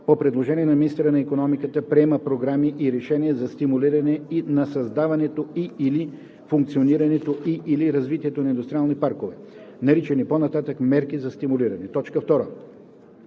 по предложение на министъра на икономиката приема програми и решения за стимулиране на създаването и/или функционирането и/или развитието на индустриални паркове, наричани по-нататък „мерки за стимулиране“; 2.